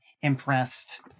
impressed